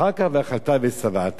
אחר כך, ואכלת ושבעת.